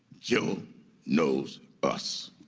jill knows us.